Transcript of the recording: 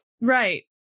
Right